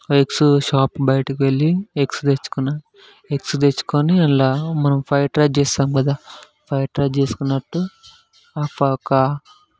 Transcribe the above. eggs shop బయటికి వెళ్ళి eggs తెచ్చుకున్నాను ఎగ్స్ తెచ్చుకొని అందులో మనం ఫ్రైడ్ రైస్ చేస్తాము కదా ఫ్రైడ్ రైస్ చేసుకున్నట్టు ఒక